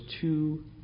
two